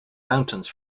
mountains